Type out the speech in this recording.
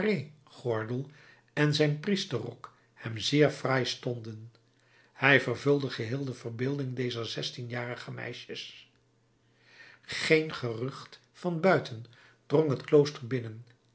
gordel en zijn priesterrok hem zeer fraai stonden hij vervulde geheel de verbeelding dezer zestienjarige meisjes geen gerucht van buiten drong het klooster binnen